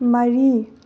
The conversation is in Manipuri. ꯃꯔꯤ